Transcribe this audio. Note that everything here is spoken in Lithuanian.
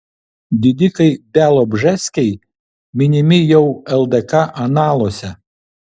didikai bialobžeskiai minimi jau ldk analuose